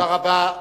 תודה רבה.